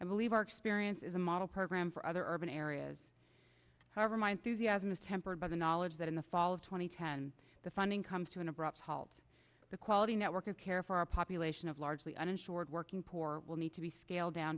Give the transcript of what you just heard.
i believe our experience is a model program for other urban areas however my enthusiasm is tempered by the knowledge that in the fall of two thousand and ten the funding comes to an abrupt halt the quality network of care for a population of largely uninsured working poor will need to be scaled down